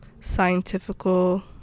scientifical